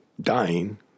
dying